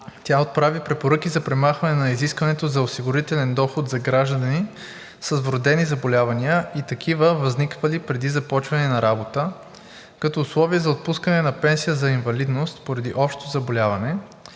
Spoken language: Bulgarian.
Тя отправи препоръки за премахване на изискването за осигурителен доход за граждани с вродени заболявания и такива, възникнали преди започване на работа, като условие за отпускане на пенсия за инвалидност поради общо заболяване